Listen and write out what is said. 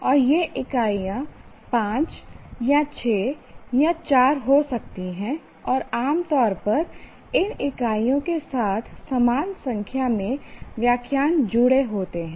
और ये इकाइयाँ 5 या 6 या 4 हो सकती हैं और आम तौर पर इन इकाइयों के साथ समान संख्या में व्याख्यान जुड़े होते हैं